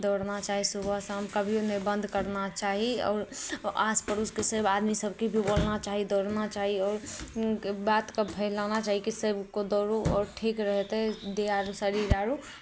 दौड़ना चाही सुबह शाम कभीओ नहि बन्द करना चाही आओर आस पड़ोसके सभ आदमी सभके भी बोलना चाही दौड़ना चाही आओर बातकेँ फैलाना चाही कि सभ कोइ दौड़ू ओ ठीक रहतै देह आरो शरीर आरो